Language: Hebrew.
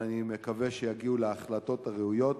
אני מקווה שיגיעו להחלטות הראויות